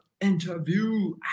interview